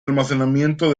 almacenamiento